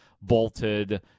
bolted